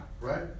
right